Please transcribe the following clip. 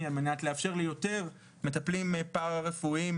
על מנת לאפשר יותר מטפלים פרה רפואיים,